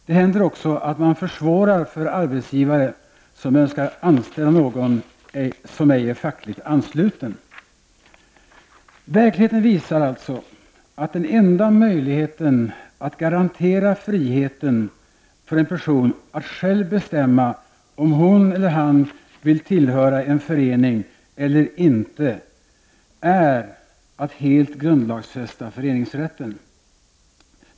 Det händer också att man försvårar för arbetsgivare, som skall anställa någon som ej är fackligt ansluten. Verkligheten visar alltså, att den enda möjligheten att garantera friheten för en person att själv bestämma om han eller hon vill tillhöra en förening eller inte är att helt grundlagsfästa föreningsrätten.